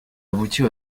aboutit